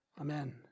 Amen